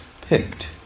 picked